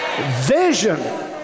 Vision